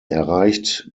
erreicht